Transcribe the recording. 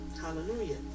hallelujah